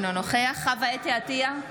אינו נוכח חוה אתי עטייה,